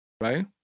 right